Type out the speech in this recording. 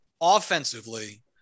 offensively